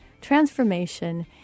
transformation